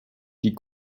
die